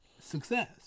success